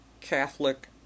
Catholic